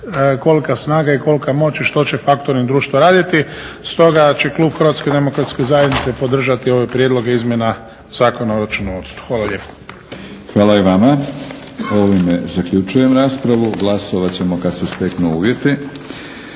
kolika snaga i kolika moć i što će faktoring društva raditi. Stoga će Klub HDZ-a podržati ovaj prijedlog izmjena zakona o računovodstvu. Hvala lijepo. **Batinić, Milorad (HNS)** Hvala i vama. Ovime zaključujem raspravu. Glasovat ćemo kad se steknu uvjeti.